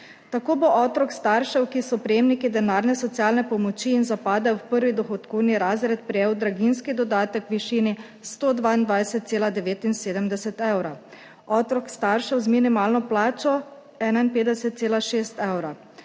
Tako bo otrok staršev, ki so prejemniki denarne socialne pomoči in zapadejo v prvi dohodkovni razred, prejel draginjski dodatek v višini 122,79 evra, otrok staršev z minimalno plačo 51,6